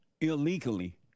illegally